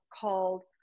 called